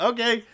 Okay